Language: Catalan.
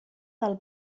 del